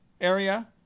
area